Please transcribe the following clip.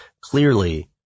clearly